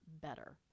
better